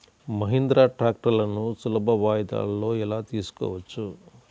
మహీంద్రా ట్రాక్టర్లను సులభ వాయిదాలలో ఎలా తీసుకోవచ్చు?